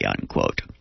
unquote